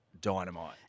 dynamite